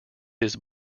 his